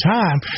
time